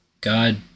God